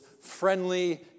friendly